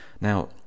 Now